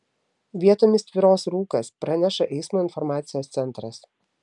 vietomis tvyros rūkas praneša eismo informacijos centras